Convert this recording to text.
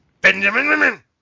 Benjamin